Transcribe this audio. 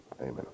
Amen